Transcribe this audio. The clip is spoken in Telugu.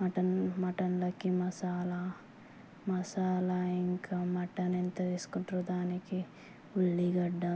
మటన్ మటన్లోకి మసాలా మసాలా ఇంకా మటన్ ఎంత తీసుకుంటుర్రు దానికి ఉల్లిగడ్డ